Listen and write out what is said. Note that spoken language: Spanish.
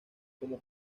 como